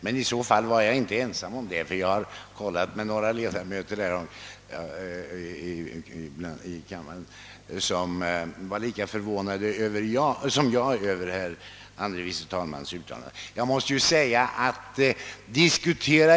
Men i så fall var jag inte ensam därom; jag har kollationerat det med några ledamöter i kammaren, som var lika förvånade som jag över herr andre vice talmannens uttalande.